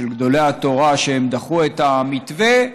שהם דחו את המתווה,